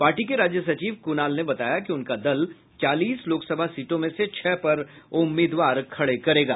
party के राज्य सचिव कुणाल ने बताया कि उनका दल चालीस लोकसभा सीटों में से छह पर उम्मीदवार खड़े करेगा